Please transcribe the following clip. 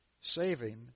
saving